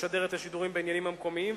לשדר את השידורים בעניינים המקומיים,